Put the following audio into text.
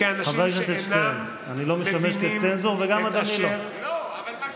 כאל אנשים שאינם מבינים את אשר, לא, יש